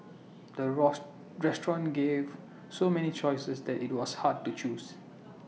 the restaurant gave so many choices that IT was hard to choose